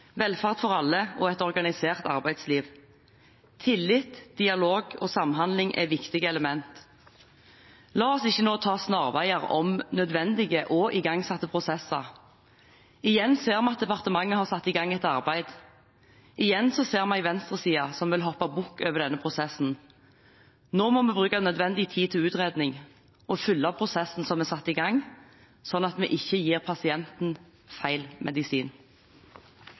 velferd for alle og et organisert arbeidsliv. Tillit, dialog og samhandling er viktige elementer. La oss ikke nå ta snarveier om nødvendige og igangsatte prosesser. Igjen ser vi at departementet har satt i gang et arbeid. Igjen ser vi en venstreside som vil hoppe bukk over denne prosessen. Nå må vi bruke nødvendig tid til utredning og følge prosessen som er satt i gang, slik at vi ikke gir pasienten feil medisin.